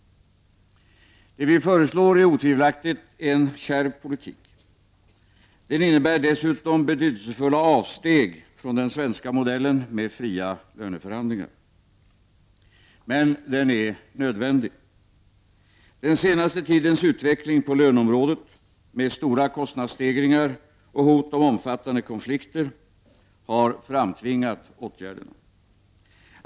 Det vi föreslår är otvivelaktigt en kärv politik. Den innebär dessutom betydelsefulla avsteg från den svenska modellen med fria löneförhandlingar. Men den är nödvändig. Den senaste tidens utveckling på löneområdet, med stora kostnadsstegringar och hot om omfattande konflikter, har framtvingat åtgärderna.